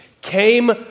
came